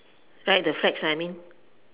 right the flags I mean